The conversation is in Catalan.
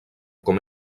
com